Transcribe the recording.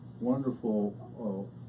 wonderful